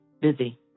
busy